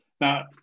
now